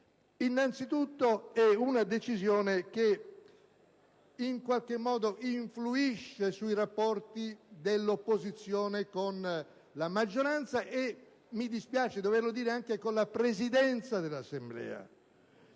Innanzitutto, è una decisione che, in qualche modo, influisce sui rapporti dell'opposizione con la maggioranza e, mi dispiace doverlo dire, anche con la Presidenza dell'Assemblea.